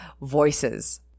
Voices